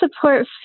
support